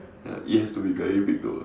ya it has to be very big though